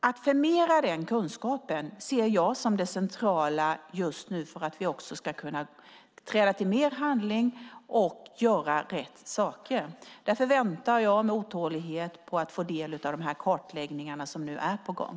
Att förmera den kunskapen ser jag som det centrala just nu för att vi ska kunna träda till mer handling och göra rätt saker. Därför väntar jag med otålighet på att få del av de kartläggningar som nu är på gång.